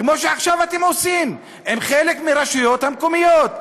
כמו שעכשיו אתם עושים עם חלק מהרשויות המקומיות,